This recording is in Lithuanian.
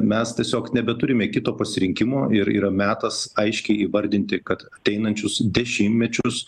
mes tiesiog nebeturime kito pasirinkimo ir yra metas aiškiai įvardinti kad ateinančius dešimtmečius